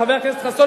חבר הכנסת חסון,